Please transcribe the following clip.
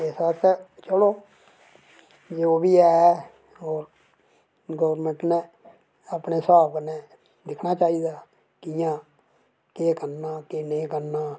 इस आस्तै चलो जो बी ऐ ओह् गौरमैंट नै केह्ड़े स्हाब कन्नै दिक्खना चाहिदा की कियां